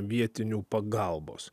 vietinių pagalbos